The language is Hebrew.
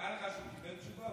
נראה לך שהוא קיבל תשובה?